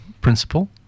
principle